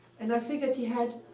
and i figured he had